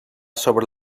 sobre